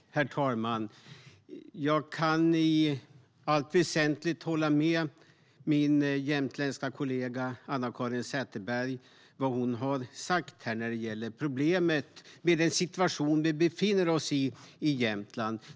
Herr talman! Jag kan i allt väsentligt hålla med min jämtländska kollega Anna-Caren Sätherberg när det gäller vad hon har sagt här om problemet med den situation vi i Jämtland befinner oss i.